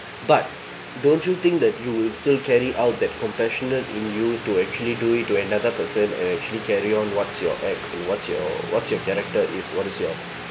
but don't you think that you will still carry out that compassionate in you to actually do it to another person and actually carry on what's your act what's your what's your character is what is your